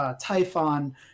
Typhon